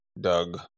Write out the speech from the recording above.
Doug